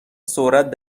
سرعت